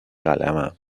قلمم